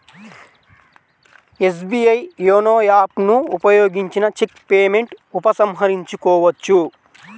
SBI YONO app ను ఉపయోగించిన cheque payment ఉపసంహరించుకోవచ్చు